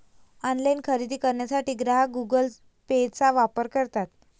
online खरेदी करण्यासाठी ग्राहक गुगल पेचा वापर करतात